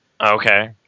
okay